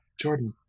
Jordan